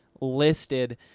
listed